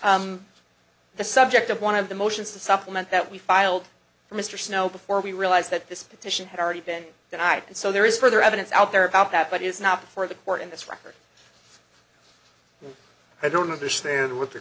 the subject of one of the motions to supplement that we filed for mr snow before we realized that this petition had already been denied and so there is further evidence out there about that but it is not before the court in this record i don't understand what the